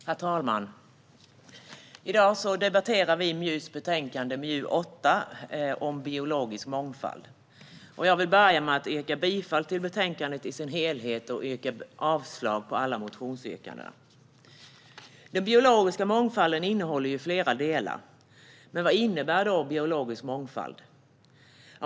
Herr talman! I dag debatterar vi miljö och jordbruksutskottets betänkande MJU8 Biologisk mångfald . Jag vill börja med att yrka bifall till betänkandet i dess helhet och avslag på alla motioner. Den biologiska mångfalden innehåller flera delar. Men vad innebär biologisk mångfald?